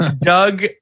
Doug